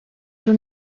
ser